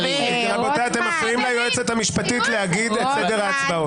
אתם מפריעים ליועצת המשפטית להגיד את סדר ההצבעות.